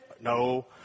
No